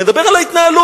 אני מדבר על ההתנהלות.